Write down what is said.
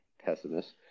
pessimist